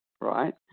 right